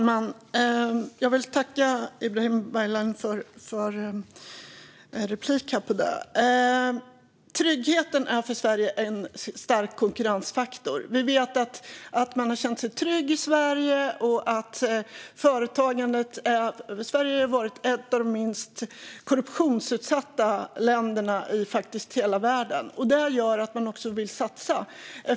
Fru talman! Tryggheten i Sverige är en stark konkurrensfaktor. Sverige är ett av de minst korrumperade länderna i världen, och det gör att företagen vill satsa här.